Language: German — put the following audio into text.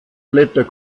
blätter